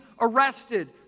arrested